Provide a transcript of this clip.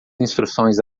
instruções